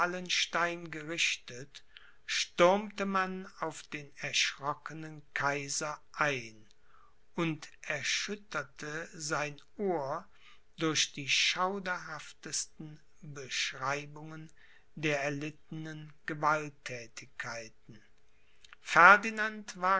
gerichtet stürmte man auf den erschrockenen kaiser ein und erschütterte sein ohr durch die schauderhaftesten beschreibungen der erlittenen gewalttätigkeiten